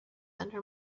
under